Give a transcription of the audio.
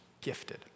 gifted